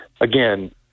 again